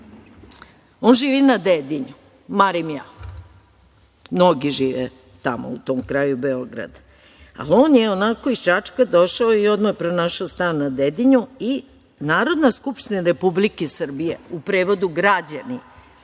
On živi na Dedinju, mnogi žive tamo u tom kraju Beograda, ali on je onako iz Čačka došao i odmah pronašao stan na Dedinju i Narodna Skupština Republike Srbije, u prevodu građani